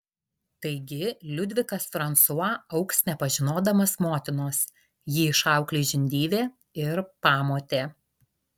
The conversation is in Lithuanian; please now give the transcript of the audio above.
taigi liudvikas fransua augs nepažinodamas motinos jį išauklės žindyvė ir pamotė